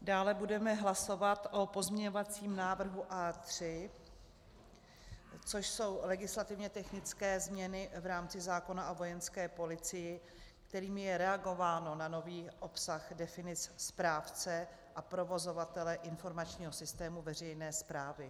Dále budeme hlasovat o pozměňovacím návrhu A3, což jsou legislativně technické změny v rámci zákona o Vojenské policii, kterým je reagováno na nový obsah definic správce a provozovatele informačního systému veřejné správy.